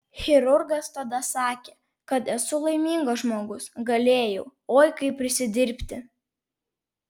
chirurgas tada sakė kad esu laimingas žmogus galėjau oi kaip prisidirbti